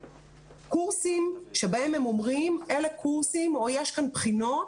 קורסים בהם הם אומרים שאלה קורסים או יש כאן בחינות